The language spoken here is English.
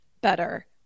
better